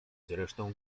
zresztą